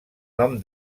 nom